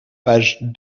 page